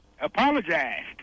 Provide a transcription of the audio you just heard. apologized